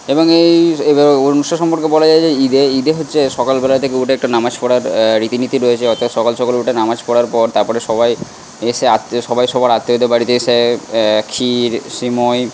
এবং এই অনুষ্ঠান সম্পর্কে বলা যায় যে ঈদে ঈদে হচ্ছে সকালবেলা থেকে উঠে একটা নামাজ পড়ার রীতিনীতি রয়েছে অর্থাৎ সকাল সকাল উঠে নামাজ পড়ার পর তার পরে সবাই এসে আত্মীয় সবাই সবার আত্মীয়দের বাড়িতে এসে ক্ষীর সিমুই